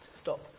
stop